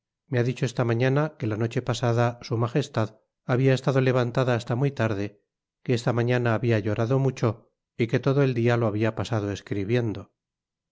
me ha dicho esta mañana que la noche pasada s m habia estado levantada hasta muy tarde que esta mañana habia llorado mucho y que todo el dia lo habia pasado escribiendo